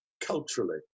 culturally